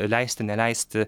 leisti neleisti